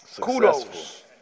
kudos